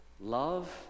Love